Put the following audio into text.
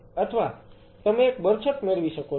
અથવા તમે એક બરછટ મેળવી શકો છો